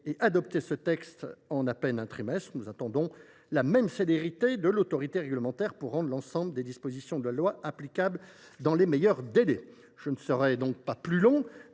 et adopté ce texte en à peine un trimestre, nous attendons la même célérité de l’autorité réglementaire pour rendre l’ensemble des dispositions de la loi applicables dans les meilleurs délais. Avant de conclure,